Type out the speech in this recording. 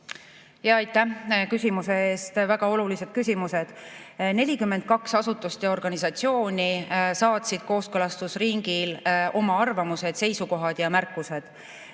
Aitäh küsimuste eest! Väga olulised küsimused. 42 asutust ja organisatsiooni saatsid kooskõlastusringil oma arvamused, seisukohad ja märkused.